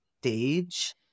stage